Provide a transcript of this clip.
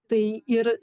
tai ir